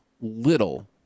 little